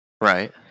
Right